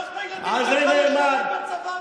שלח את הילדים שלך לשרת בצבא,